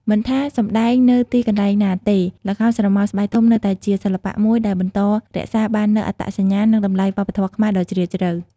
មិនថាសម្តែងនៅទីកន្លែងណាទេ ល្ខោនស្រមោលស្បែកធំនៅតែជាសិល្បៈមួយដែលបន្តរក្សាបាននូវអត្តសញ្ញាណ និងតម្លៃវប្បធម៌ខ្មែរដ៏ជ្រាលជ្រៅ។